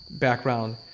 background